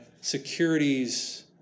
securities